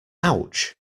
ouch